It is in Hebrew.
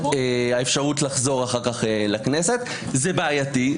האפשרות לחזור אחר כך לכנסת זה בעייתי.